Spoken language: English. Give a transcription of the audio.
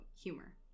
humor